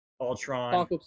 Ultron